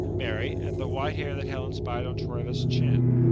marry, at the white hair that helen spied on troilus' chin.